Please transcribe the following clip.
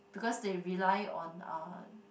because they rely on uh